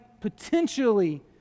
potentially